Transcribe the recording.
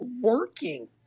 working